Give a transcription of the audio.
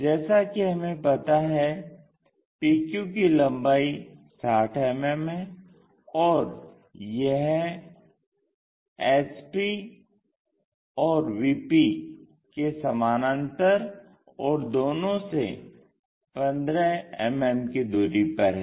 जैसा कि हमें पता हैं PQ की लम्बाई 60 मिमी है और यह यह HP और VP के समानांतर और दोनों से 15 मिमी की दूरी पर है